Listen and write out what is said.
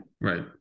Right